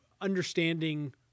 understanding